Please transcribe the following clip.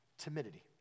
timidity